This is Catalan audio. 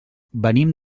venim